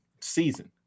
season